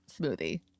smoothie